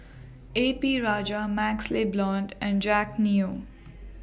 A P Rajah MaxLe Blond and Jack Neo